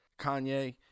Kanye